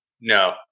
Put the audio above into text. No